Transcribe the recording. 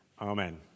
Amen